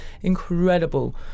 incredible